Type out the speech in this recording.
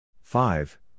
five